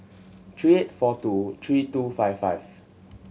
three eight four two three two five five